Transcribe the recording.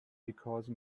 because